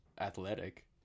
athletic